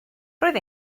roedd